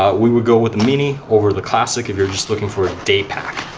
we would go with the mini over the classic if you're just looking for a daypack.